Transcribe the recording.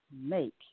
make